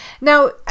now